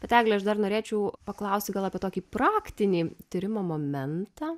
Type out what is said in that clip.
bet egle aš dar norėčiau paklausti gal apie tokį praktinį tyrimo momentą